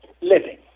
living